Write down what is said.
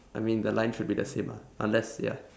I mean the line should be the same ah unless ya